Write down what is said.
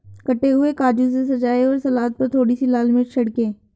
कटे हुए काजू से सजाएं और सलाद पर थोड़ी सी लाल मिर्च छिड़कें